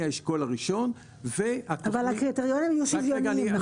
האשכול הראשון והתוכנית --- אבל הקריטריונים יהיו שוויוניים,